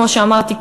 כמו שאמרתי,